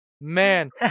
Man